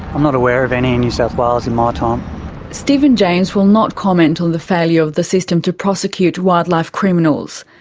i'm not aware of any in new south wales in my um steven james will not comment on the failure of the system to prosecute wildlife criminals,